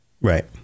Right